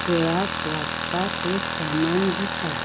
खेळाक लागता तें सामान दिता